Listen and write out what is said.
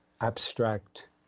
abstract